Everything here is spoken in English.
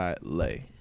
Lay